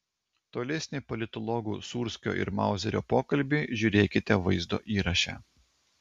tolesnį politologų sūrskio ir mauzerio pokalbį žiūrėkite vaizdo įraše